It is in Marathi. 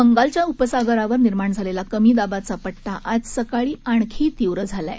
बंगालच्या उपसागरावर निर्माण झालेला कमी दाबाचा पट्टा आज सकाळी आणखी तीव्र झाला आहे